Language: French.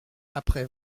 après